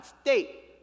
state